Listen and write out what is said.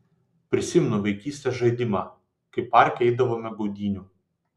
prisimenu vaikystės žaidimą kaip parke eidavome gaudynių